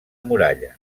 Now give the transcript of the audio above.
muralla